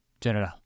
General